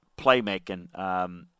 playmaking